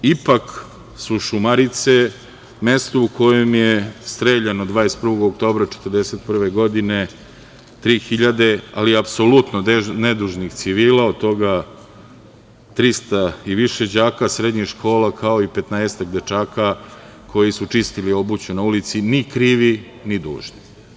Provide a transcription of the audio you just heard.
Ipak su Šumarice mesto u kojem je streljano 21. oktobra 1941. godine 3.000, ali apsolutno nedužnih civila, od toga 300 i više đaka srednjih škola, kao i 15ak dečaka koji su čistili obuću na ulici, ni krivi, ni dužni.